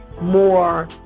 more